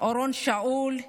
אורון שאול,